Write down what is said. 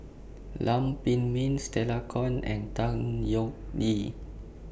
Lam Pin Min Stella Kon and Tan Yeok Nee